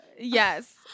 yes